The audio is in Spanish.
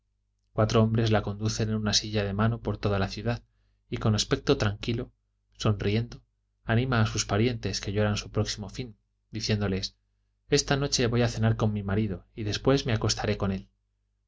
cuatro hombres la conducen en una silla de mano por toda la ciudad y con aspecto tranquilo sonriendo anima a sus parientes que lloran su próximo fin diciéndoles esta noche voy a cenar con mi marido y después me acostaré con él